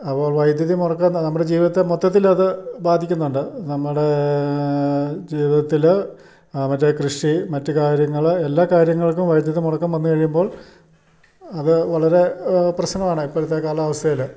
അപ്പോൾ വൈദ്യുതി മുറകുന്ന നമ്മുടെ ജീവിതത്തെ മൊത്തത്തിൽ അത് ബാധിക്കുന്നുണ്ട് നമ്മുടെ ജീവിതത്തിൽ ആ മറ്റേ കൃഷി മറ്റ് കാര്യങ്ങൾ എല്ലാ കാര്യങ്ങൾക്കും വൈദ്യുതി മുടക്കം വന്ന് കഴിയുമ്പോൾ അത് വളരെ പ്രശ്നമാണ് ഇപ്പോഴത്തെ കാലാവസ്ഥയിയിൽ